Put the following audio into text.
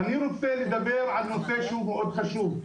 אני רוצה לדבר על נושא שהוא מאוד חשוב.